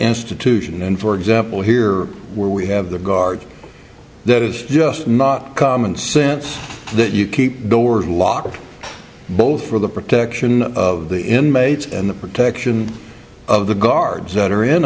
institution and for example here where we have the guard that is just not common sense that you keep doors locked both for the protection of the inmates and the protection of the guards that are in